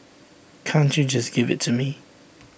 can't you just give IT to me